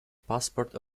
passport